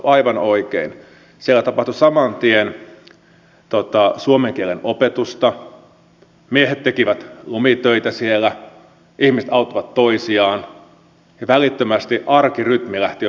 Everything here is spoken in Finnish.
aivan oikein siellä tapahtui saman tien suomen kielen opetusta miehet tekivät siellä lumitöitä ihmiset auttoivat toisiaan ja välittömästi arkirytmi lähti jo pyörimään